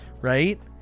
right